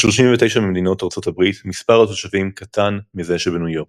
ב-39 ממדינות ארצות הברית מספר התושבים קטן מזה שבניו יורק.